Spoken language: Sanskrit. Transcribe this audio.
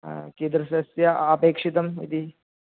कीदृशस्य अपेक्षितम् इति